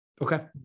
Okay